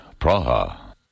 Praha